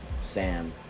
Sam